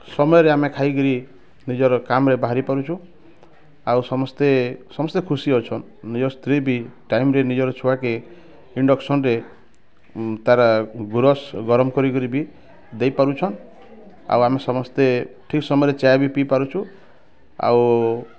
ସମୟ ରେ ଆମେ ଖାଇ କିରି ନିଜର କାମ୍ ରେ ବାହାରି ପାରୁଛୁଁ ଆଉ ସମସ୍ତେ ସମସ୍ତେ ଖୁସି ଅଛନ୍ ନିଜର୍ ସ୍ତ୍ରୀ ବି ଟାଇମ୍ ରେ ନିଜର୍ ଛୁଆ କେ ଇଂଡକ୍ସନ୍ ରେ ତା'ର୍ ଗୁରସ୍ ଗରମ୍ କରିକିରି ବି ଦେଇ ପାରୁଛନ୍ ଆଉ ଆମେ ସମସ୍ତେ ଠିକ୍ ସମୟରେ ଚା' ବି ପିଇ ପାରୁଛୁଁ ଆଉ